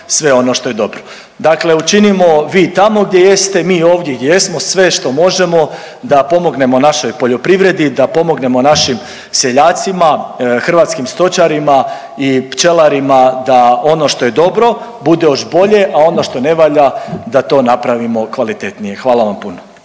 Hvala vam puno.